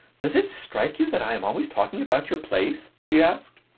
does it strike you that i am always talking about your place? she asked.